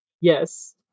Yes